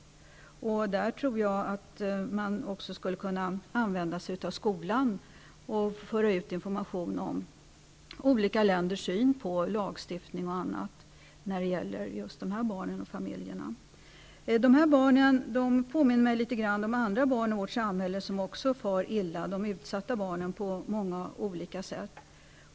Där skulle man också kunna använda sig av skolan och föra ut information om olika länders syn på lagstiftning och annat när det gäller just dessa barn och familjer. Dessa barn påminner mig litet grand om de andra barn i vårt samhälle som också far illa, barn som är utsatta på många olika sätt.